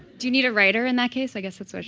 do you need a writer in that case? i guess that's